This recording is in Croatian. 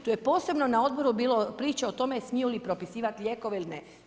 Tu je posebno na Odboru bilo priče o tome smiju li propisivat lijekove ili ne?